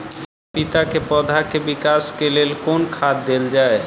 पपीता केँ पौधा केँ विकास केँ लेल केँ खाद देल जाए?